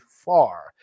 far